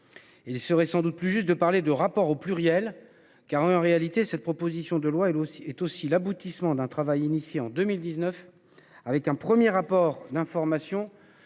Il serait sans doute plus juste de parler de rapport au pluriel, car en réalité, cette proposition de loi, elle aussi, est aussi l'aboutissement d'un travail initié en 2019 avec un 1er rapport d'information